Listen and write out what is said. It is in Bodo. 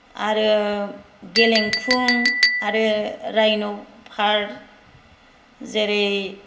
आरो गेलेंफुं आरो रायन' पार्क जेरै